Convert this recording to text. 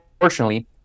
Unfortunately